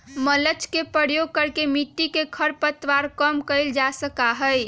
mulch के प्रयोग करके मिट्टी में खर पतवार कम कइल जा सका हई